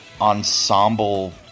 ensemble